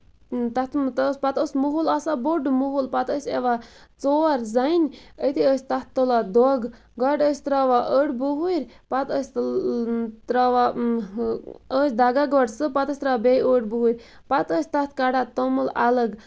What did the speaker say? تَتھ پَتہٕ اوس مُہُل آسان بوٚڑ مُہُل پَتہٕ ٲسۍ یِوان ژور زنہِ أتے ٲسۍ تتھ تُلان دۄگ گۄڈٕ ٲسۍ تراوان أڑۍ بُہٕرۍ پَتہٕ ٲسۍ تراوان ہُہ ٲسۍ دَگان گۄڈٕ سُہ پَتہٕ ٲسۍ تراوان بیٚیہِ أڑۍ بُہٕرۍ پَتہٕ ٲسۍ تَتھ کَڑان توٚمُل اَلگ